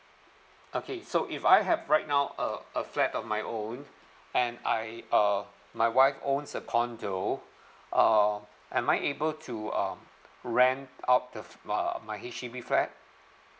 okay so if I have right now a a flat on my own and I uh my wife owns a condo uh am I able to um rent out the f~ uh my H_D_B flat